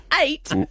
eight